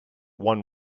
one